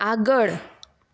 આગળ